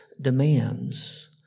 demands